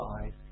five